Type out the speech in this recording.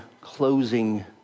closing